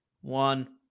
one